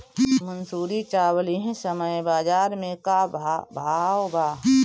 मंसूरी चावल एह समय बजार में का भाव बा?